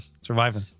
Surviving